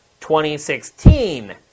2016